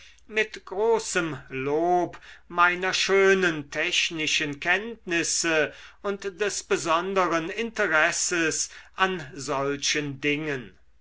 mit großem lob meiner schönen technischen kenntnisse und des besonderen interesses an solchen dingen